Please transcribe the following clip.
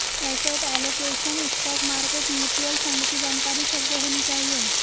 asset allocation, stock market, mutual fund की जानकारी सबको होनी चाहिए